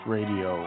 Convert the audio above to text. Radio